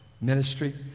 ministry